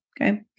Okay